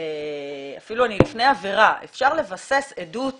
אפילו לפני עבירה עדות